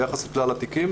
ביחס לכלל התיקים.